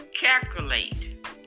calculate